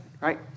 Right